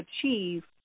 achieve